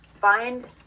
find